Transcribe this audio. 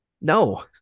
No